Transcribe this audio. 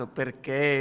perché